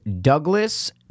Douglas